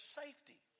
safety